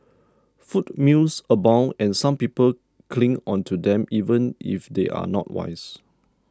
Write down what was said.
food myths abound and some people cling onto them even if they are not wise